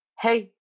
Hey